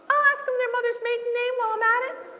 i'll ask them their mother's maiden name while i'm at it.